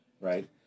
right